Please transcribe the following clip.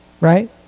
right